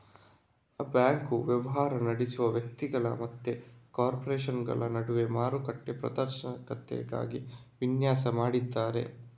bank ವ್ಯವಹಾರ ನಡೆಸುವ ವ್ಯಕ್ತಿಗಳು ಮತ್ತೆ ಕಾರ್ಪೊರೇಷನುಗಳ ನಡುವೆ ಮಾರುಕಟ್ಟೆ ಪಾರದರ್ಶಕತೆಗಾಗಿ ವಿನ್ಯಾಸ ಮಾಡಿದ್ದಾರೆ